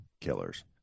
killers